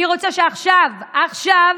אני רוצה שעכשיו, עכשיו,